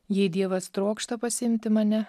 jei dievas trokšta pasiimti mane